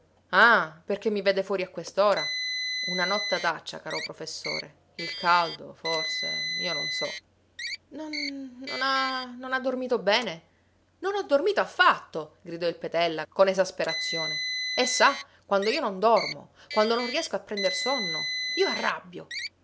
ah perché mi vede fuori a quest'ora una nottataccia caro professore il caldo forse io non so non non ha non ha dormito bene non ho dormito affatto gridò il petella con esasperazione e sa quando io non dormo quando non riesco a prender sonno io arrabbio